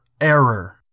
error